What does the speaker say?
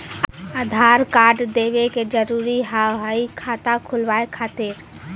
आधार कार्ड देवे के जरूरी हाव हई खाता खुलाए खातिर?